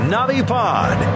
Navipod